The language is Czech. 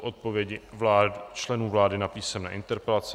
Odpovědi členů vlády na písemné interpelace